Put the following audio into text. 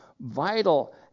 vital